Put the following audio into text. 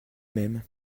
même